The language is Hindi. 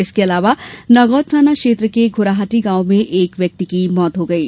इसके अलावा नागौद थाना क्षेत्र के घोंराहटी गांव में एक व्यक्ति की मौत हो गयी